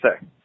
say